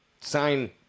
sign